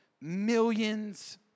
millions